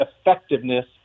effectiveness